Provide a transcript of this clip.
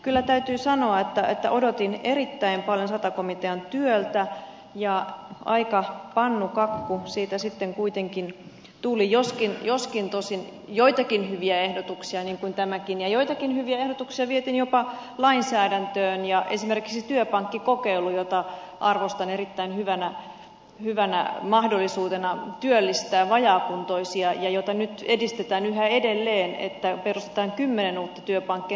kyllä täytyy sanoa että odotin erittäin paljon sata komitean työltä ja aika pannukakku siitä sitten kuitenkin tuli joskin tosin joitakin hyviä ehdotuksia tehtiin niin kuin tämäkin ja joitakin vietiin jopa lainsäädäntöön esimerkiksi työpankkikokeilu jota arvostan erittäin hyvänä mahdollisuutena työllistää vajaakuntoisia ja jota nyt edistetään yhä edelleen niin että perustetaan kymmenen uutta työpankkia